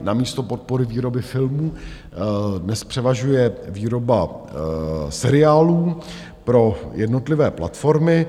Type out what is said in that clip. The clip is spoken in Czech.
Namísto podpory výroby filmů dnes převažuje výroba seriálů pro jednotlivé platformy.